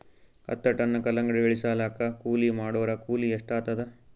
ಹತ್ತ ಟನ್ ಕಲ್ಲಂಗಡಿ ಇಳಿಸಲಾಕ ಕೂಲಿ ಮಾಡೊರ ಕೂಲಿ ಎಷ್ಟಾತಾದ?